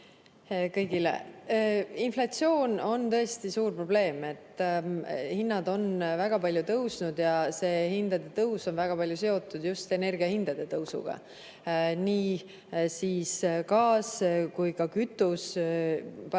kõigile! Inflatsioon on tõesti suur probleem. Hinnad on väga palju tõusnud ja see hindade tõus on väga palju seotud just energiahindade tõusuga. Nii gaas kui ka kütus, paraku